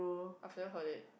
I've never heard it